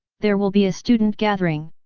there will be a student gathering.